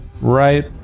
right